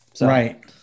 Right